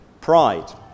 Pride